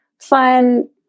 fun